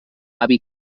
avi